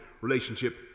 relationship